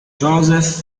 joseph